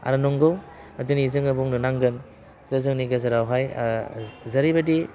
आरो नंगौ दा दिनै जोङो बुंनो नांगोन जे जोंनि गेजेरावहाय जेरैबायदि